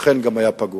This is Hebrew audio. אכן גם היה פגום.